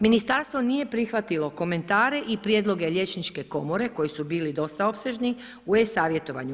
Ministarstvo nije prihvatilo komentare i prijedloge liječnike komore koji su bili dosta opsežni u e-savjetovanju.